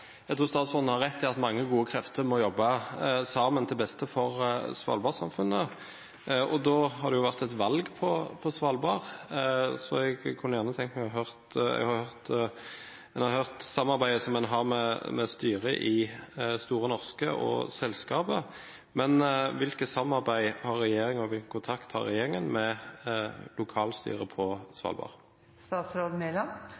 jeg redegjorde for. Jeg takker igjen for svaret. Jeg tror statsråden har rett i at mange gode krefter må jobbe sammen til beste for svalbardsamfunnet. Det har vært et valg på Svalbard, og jeg kunne tenkt meg å høre litt om samarbeidet en har med styret i Store Norske og selskapet. Hvilket samarbeid og hvilken kontakt har regjeringen med lokalstyret på